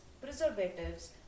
preservatives